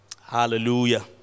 Hallelujah